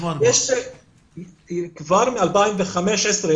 כבר מ-2015,